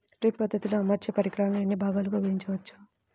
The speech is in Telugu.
డ్రిప్ పద్ధతిలో అమర్చే పరికరాలను ఎన్ని భాగాలుగా విభజించవచ్చు?